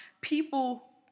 people